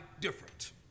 different